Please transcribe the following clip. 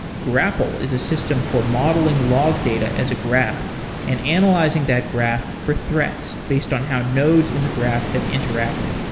grapl is a system for modeling log data as a graph and analyzing that graph for threats based on how nodes in the graph have interacted.